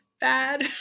bad